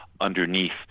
underneath